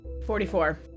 Forty-four